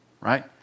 right